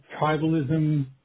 tribalism